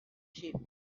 shape